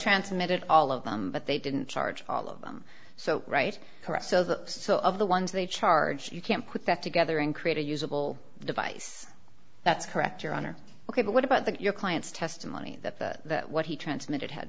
transmitted all of them but they didn't charge all of them so right so the so of the ones they charge you can't put that together and create a usable device that's correct your honor ok but what about that your client's testimony that the what he transmitted had